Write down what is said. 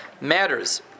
matters